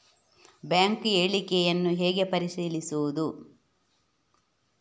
Bank ಹೇಳಿಕೆಯನ್ನು ಹೇಗೆ ಪರಿಶೀಲಿಸುವುದು?